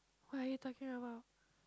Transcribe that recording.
what are you talking about